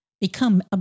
become